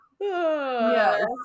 Yes